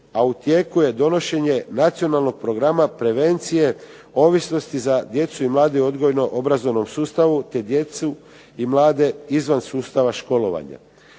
A u tijeku je donošenje Nacionalnog programa prevencije ovisnosti za djecu i mlade u odgojno-obrazovnom sustavu, te djecu i mlade izvan sustava školovanja.